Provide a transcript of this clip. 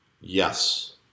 Yes